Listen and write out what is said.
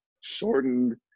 shortened